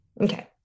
Okay